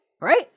right